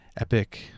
epic